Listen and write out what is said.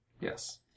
Yes